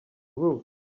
roof